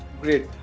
great